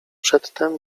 przedtem